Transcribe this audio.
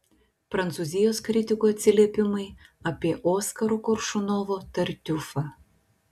prancūzijos kritikų atsiliepimai apie oskaro koršunovo tartiufą